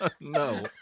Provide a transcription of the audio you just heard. No